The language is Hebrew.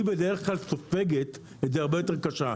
היא בדרך כלל סופגת את זה הרבה יותר קשה,